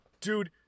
Dude